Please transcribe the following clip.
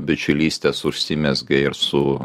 bičiulystės užsimezgė ir su